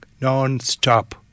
non-stop